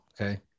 okay